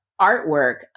artwork